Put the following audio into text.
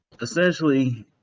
Essentially